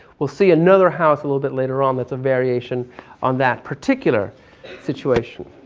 we'll see another house a little bit later on that's a variation on that particular situation.